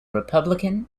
republican